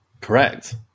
Correct